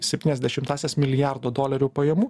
septynias dešimtąsias milijardo dolerių pajamų